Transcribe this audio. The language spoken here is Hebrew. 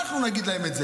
אנחנו נעבוד.